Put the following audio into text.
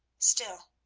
still,